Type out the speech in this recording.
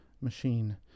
machine